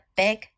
big